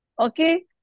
Okay